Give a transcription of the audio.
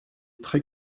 très